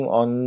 on